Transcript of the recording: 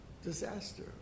Disaster